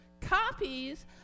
copies